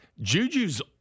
Juju's